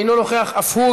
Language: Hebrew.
אינו נוכח אף הוא.